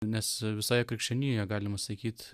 nes visoje krikščionijoje galima sakyt